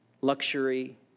Luxury